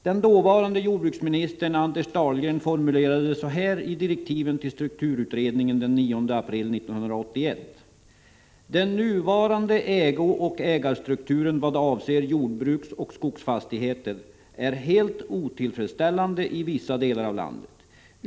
Dåvarande jordbruksministern Anders Dahlgren formulerade det så här i direktiven till strukturutredningen den 9 april 1981: ”Den nuvarande ägooch ägarstrukturen vad avser jordbruksoch skogsfastigheter är helt otillfredsställande i vissa delar av landet.